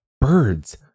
Birds